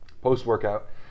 Post-workout